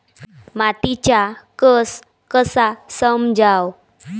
मातीचा कस कसा समजाव?